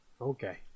Okay